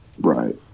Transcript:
Right